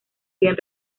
bien